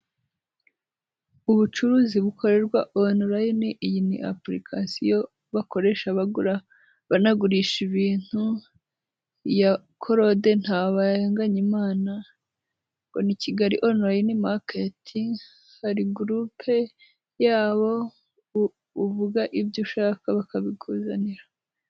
Ubucuruzi bukorerwa onurayine, iyi ni apurikasiyo bakoresha bagura, banagurisha ibintu, ya Claude Ntabanganyimana, ngo ni Kigali onurayini maketi, hari gurupe yabo uvuga ibyo ushaka bakabikuzanira.